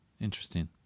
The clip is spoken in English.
Interesting